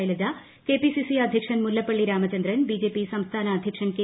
Shailaja K P C അദ്ധ്യക്ഷൻ Mullappally Ramachandran BJP സംസ്ഥാന അധ്യക്ഷൻ കെ